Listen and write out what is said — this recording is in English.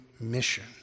mission